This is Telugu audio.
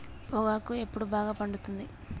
పొగాకు ఎప్పుడు బాగా పండుతుంది?